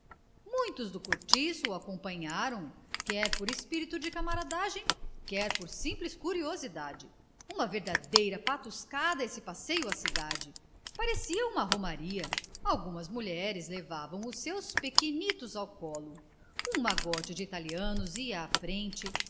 muitos do cortiço o acompanharam quer por espírito de camaradagem quer por simples curiosidade uma verdadeira patuscada esse passeio à cidade parecia uma romaria algumas mulheres levaram os seus pequenitos ao colo um magote de italianos ia à frente